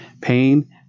pain